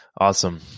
Awesome